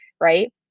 right